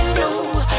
Blue